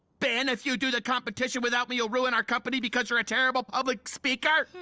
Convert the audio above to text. ben, if you do the competition without me you'll ruin our company because you're a terrible public speaker!